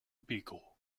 beagle